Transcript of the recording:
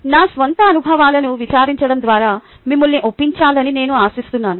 నా స్వంత అనుభవాలను వివరించడం ద్వారా మిమ్మల్ని ఒప్పించాలని నేను ఆశిస్తున్నాను